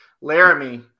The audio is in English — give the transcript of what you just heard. Laramie